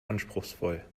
anspruchsvoll